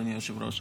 אדוני היושב-ראש,